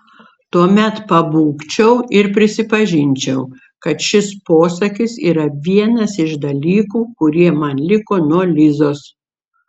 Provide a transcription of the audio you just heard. tuomet pabūgčiau ir prisipažinčiau kad šis posakis yra vienas iš dalykų kurie man liko nuo lizos